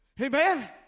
Amen